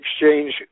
exchange